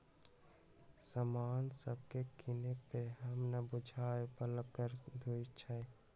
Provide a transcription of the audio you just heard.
समान सभके किने पर हम न बूझाय बला कर देँई छियइ